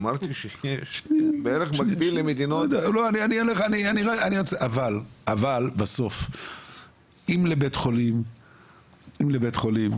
אמרתי שיש בערך מקביל למדינות -- אבל בסוף אם לבית חולים במסגרת